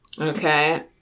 okay